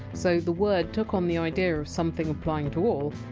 so the word took on the idea of something applying to all,